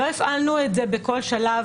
לא הפעלנו את זה בכל שלב.